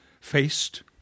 faced